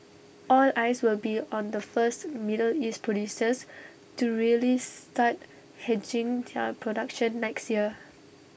all eyes will be on the first middle east producers to really start hedging their production next year